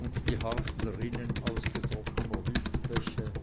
und die harten rinnen ausgetrockneter wildbäche